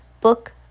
Book